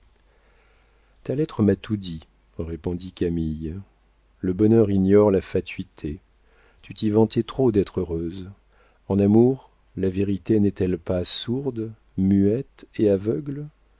ta lettre m'a tout dit répondit camille le bonheur ignore la fatuité tu t'y vantais trop d'être heureuse en amour la vérité n'est-elle pas sourde muette et aveugle